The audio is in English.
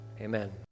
Amen